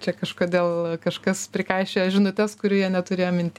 čia kažkodėl kažkas prikaišioja žinutes kurių jie neturėjo minty